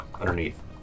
underneath